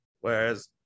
Whereas